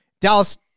Dallas